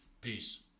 Peace